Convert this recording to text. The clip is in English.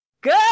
Good